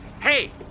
Hey